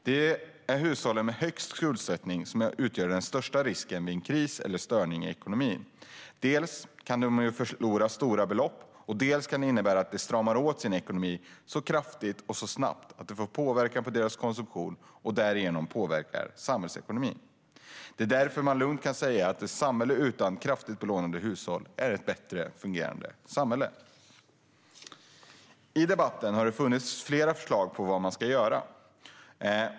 Det är hushållen med högst skuldsättning som utgör den största risken vid en kris eller störning i ekonomin eftersom de dels kan förlora stora belopp, dels kan komma att strama åt sin ekonomi så kraftigt och så snabbt att det får påverkan på deras konsumtion, vilket därigenom påverkar samhällsekonomin. Det är därför man lugnt kan säga att ett samhälle utan kraftigt belånade hushåll är ett bättre fungerande samhälle. I debatten har det funnits flera förslag på vad man ska göra.